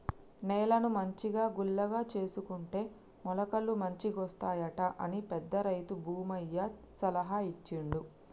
నేలను మంచిగా గుల్లగా చేసుకుంటే మొలకలు మంచిగొస్తాయట అని పెద్ద రైతు భూమయ్య సలహా ఇచ్చిండు